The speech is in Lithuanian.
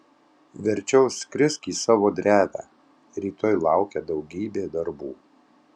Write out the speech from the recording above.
verčiau skrisk į savo drevę rytoj laukia daugybė darbų